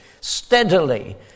steadily